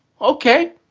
Okay